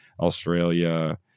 Australia